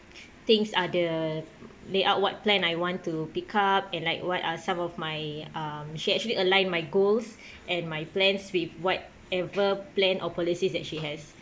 things uh the layout what plan I want to pick up and like what are some of my um she actually align my goals and my plans with whatever plan or policies that she has